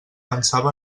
pensava